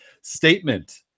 Statement